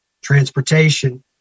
Transportation